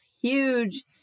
huge